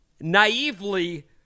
naively